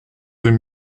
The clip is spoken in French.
deux